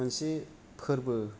मोनसे फोरबो